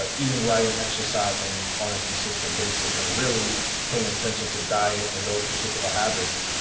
but eating right and exercising on a consistent basis. and really paying attention to diet and those particular habits.